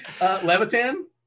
Levitan